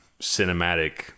cinematic